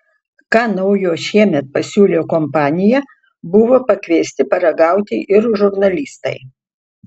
ką naujo šiemet pasiūlė kompanija buvo pakviesti paragauti ir žurnalistai